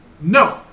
No